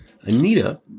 Anita